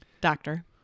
Doctor